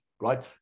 right